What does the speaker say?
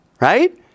right